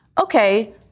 Okay